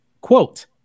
quote